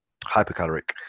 hypercaloric